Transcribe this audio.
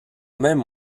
même